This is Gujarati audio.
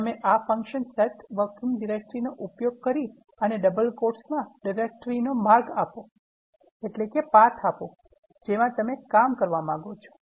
તમે આ ફન્કશન સેટ વર્કિંગ ડિરેક્ટરી નો ઉપયોગ કરી અને ડબલ કોડ્સમાં ડિરેક્ટરીનો માર્ગ આપો જેમા તમે કામ કરવા માંગો છો